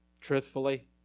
truthfully